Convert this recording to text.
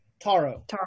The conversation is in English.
Taro